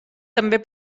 també